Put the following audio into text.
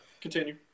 Continue